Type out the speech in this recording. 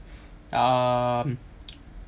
um